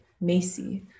Macy